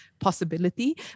possibility